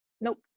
Nope